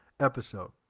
episode